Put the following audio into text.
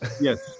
Yes